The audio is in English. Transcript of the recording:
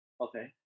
Okay